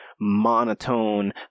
monotone